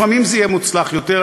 לפעמים זה יהיה מוצלח יותר,